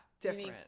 different